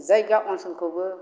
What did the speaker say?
जायगा ओनसोलखौबो